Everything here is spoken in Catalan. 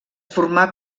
formà